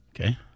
Okay